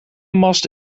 mast